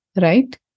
right